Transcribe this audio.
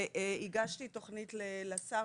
והגשתי תוכנית לשר,